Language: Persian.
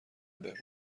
بهبود